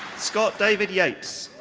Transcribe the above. scott david yates.